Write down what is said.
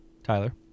Tyler